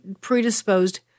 predisposed